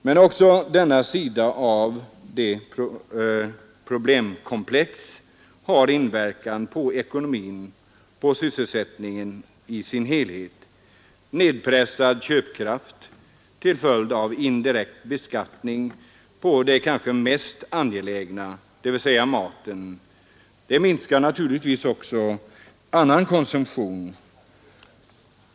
Men också denna sida av problemkomplexet har inverkan på ekonomin och sysselsättningen i dess helhet. Nedpressad köpkraft till följd av indirekt beskattning på det kanske mest angelägna — maten — minskar naturligtvis också annan konsumtion.